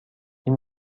این